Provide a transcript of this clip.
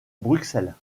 bruxelles